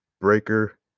breaker